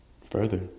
further